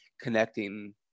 connecting